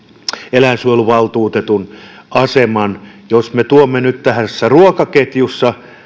eläinsuojeluvaltuutetun asemaa jos me tuomme nyt ruokaketjuun